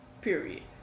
period